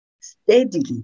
steadily